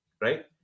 Right